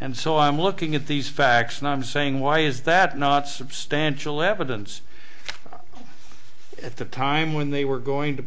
and so i'm looking at these facts and i'm saying why is that not substantial evidence at the time when they were going to